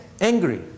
angry